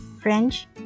French